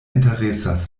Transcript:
interesas